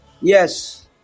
Yes